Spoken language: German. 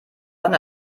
dann